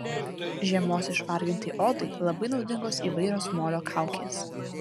žiemos išvargintai odai labai naudingos įvairios molio kaukės